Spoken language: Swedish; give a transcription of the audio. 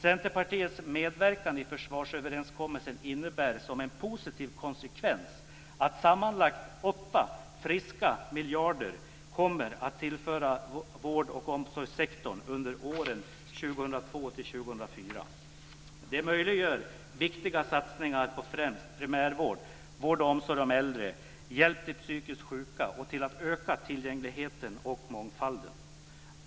Centerpartiets medverkan i försvarsöverenskommelsen har som positiv konsekvens att sammanlagt 8 friska miljarder kommer att tillföras vård och omsorgssektorn under åren 2002-2004. Det möjliggör viktiga satsningar på främst primärvård och vård av och omsorg om äldre. Det möjliggör också hjälp till psykiskt sjuka och ökar tillgängligheten och mångfalden.